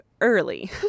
early